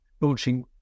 launching